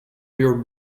your